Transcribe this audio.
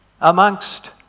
amongst